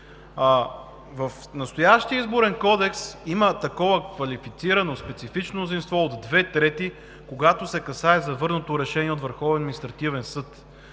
В настоящия Изборен кодекс има такова квалифицирано специфично мнозинство от две трети, когато се касае за върнато решение от